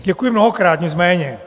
Děkuji mnohokrát nicméně.